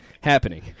happening